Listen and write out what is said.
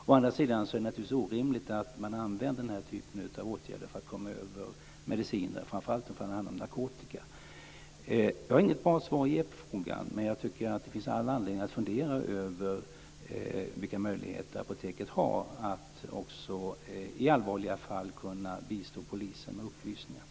Å andra sidan är det naturligtvis orimligt att man använder den här typen av åtgärder för att komma över mediciner, framför allt om det handlar om narkotika. Jag har inget bra svar att ge på frågan. Men jag tycker att det finns all anledning att fundera över vilka möjligheter apoteket har att i allvarliga fall kunna bistå polisen med upplysningar.